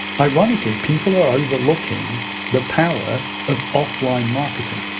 ironically, people are overlooking the power of offline marketing